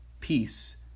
Peace